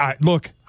Look